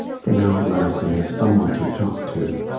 for now at last i have some one to talk to!